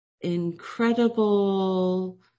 incredible